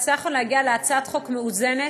הצלחנו להגיע להצעת חוק מאוזנת,